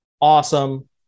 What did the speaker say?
awesome